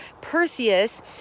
Perseus